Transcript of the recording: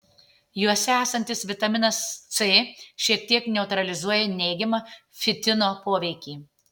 juose esantis vitaminas c šiek tiek neutralizuoja neigiamą fitino poveikį